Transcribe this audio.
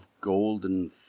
golden